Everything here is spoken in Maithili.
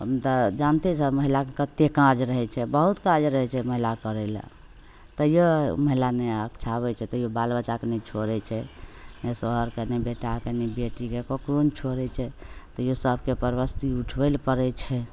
तऽ जानिते छिए महिलाके कतेक काज रहै छै बहुत काज रहै छै महिलाके करै ले तैओ महिला नै अकछाबै छै तैओ बाल बच्चाकेँ नहि छोड़ै छै नहि शौहरकेँ नहि बेटाकेँ नहि बेटीकेँ ककरो नहि छोड़ै छै तैओ सभके परबस्ती उठबै ले पड़ै छै